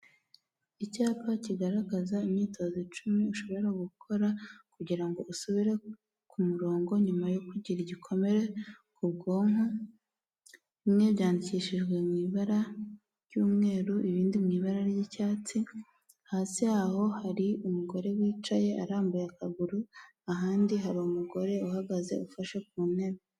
Icyapa kigaragaza imyitozo icumi ushobora gukora, kugira ngo usubire ku murongo, nyuma yo kugira igikomere ku bwonko. Bimwe byandikishijwe mw’ibara ry'umweru ibindi mw’ibara ry'icyatsi. Hasi yaho hari umugore wicaye arambuye akaguru, ahandi hari umugore uhagaze ufashe ku ntebe.